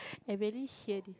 I really hear it